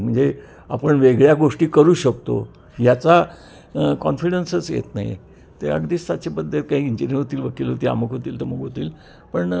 म्हणजे आपण वेगळ्या गोष्टी करू शकतो याचा कॉन्फिडन्सच येत नाही ते अगदीच साचेबद्ध काही इंजिनीयर होतील वकील होतील अमुक होतील तमुक होतील पण